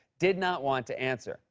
did not want to answer.